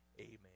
Amen